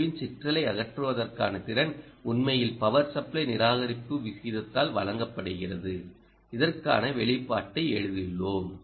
ஓவின் சிற்றலை அகற்றுவதற்கான திறன் உண்மையில் பவர் சப்ளை நிராகரிப்பு விகிதத்தால் வழங்கப்படுகிறது இதற்கான வெளிப்பாட்டை எழுதியுள்ளோம்